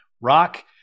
rock